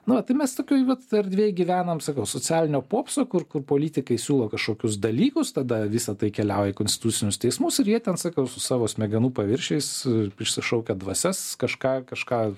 nu va tai mes tokioj vat erdvėj gyvenam sakau socialinio popso kur kur politikai siūlo kažkokius dalykus tada visa tai keliauja į konstitucinius teismus ir jie ten sakau su savo smegenų paviršiais prisišaukia dvasias kažką kažką